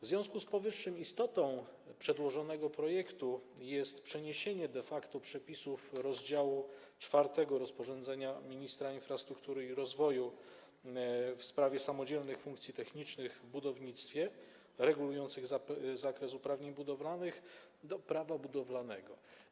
W związku z powyższym istotą przedłożonego projektu jest de facto przeniesienie przepisów rozdziału 4 rozporządzenia ministra infrastruktury i rozwoju w sprawie samodzielnych funkcji technicznych w budownictwie regulujących zakres uprawnień budowlanych do Prawa budowlanego.